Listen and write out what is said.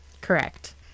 Correct